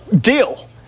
deal